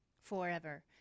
Forever